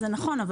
נכון,